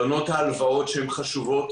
תודה.